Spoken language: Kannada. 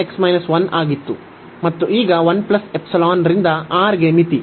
ಮತ್ತು ಈಗ ರಿಂದ R ಗೆ ಮಿತಿ